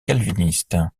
calvinistes